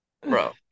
Bro